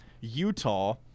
Utah